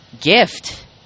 gift